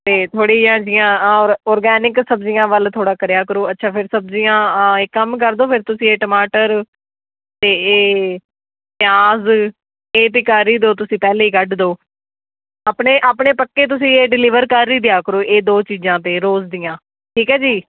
ਅਤੇ ਥੋੜ੍ਹੀਆਂ ਜਿਹੀਆਂ ਔਰ ਔਰਗੈਨਿਕ ਸਬਜ਼ੀਆਂ ਵੱਲ ਥੋੜ੍ਹਾ ਕਰਿਆ ਕਰੋ ਅੱਛਾ ਫਿਰ ਸਬਜ਼ੀਆਂ ਆਂ ਇੱਕ ਕੰਮ ਕਰ ਦਿਉ ਫਿਰ ਤੁਸੀਂ ਇਹ ਟਮਾਟਰ ਅਤੇ ਪਿਆਜ਼ ਅਤੇ ਇਹ ਤਾਂ ਕਰ ਹੀ ਦਿਉ ਤੁਸੀਂ ਪਹਿਲੇ ਹੀ ਕੱਢ ਦਿਉ ਆਪਣੇ ਆਪਣੇ ਪੱਕੇ ਤੁਸੀਂ ਇਹ ਡਿਲੀਵਰੀ ਕਰ ਹੀ ਦਿਆ ਕਰੋ ਇਹ ਦੋ ਚੀਜ਼ਾਂ ਤਾਂ ਰੋਜ਼ ਦੀਆਂ ਠੀਕ ਹੈ ਜੀ